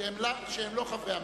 כאלה שהם לא חברי הממשלה.